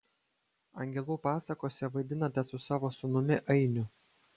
angelų pasakose vaidinate su savo sūnumi ainiu